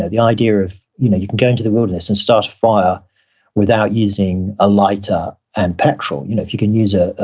ah the idea of you know you can go into the wilderness and start a fire without using a lighter and petrol, you know if you can use ah a,